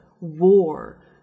war